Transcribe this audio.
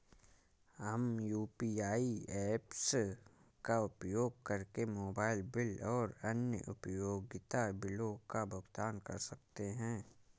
हम UPI apps का उपयोग करके मोबाइल बिल और अन्य उपयोगिता बिलों का भुगतान कर सकते हैं